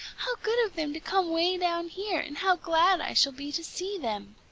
how good of them to come way down here, and how glad i shall be to see them!